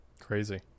Crazy